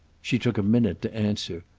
she took a minute to answer.